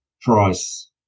price